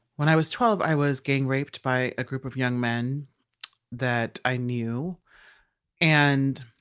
when i was twelve, i was gang raped by a group of young men that i knew and